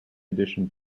addition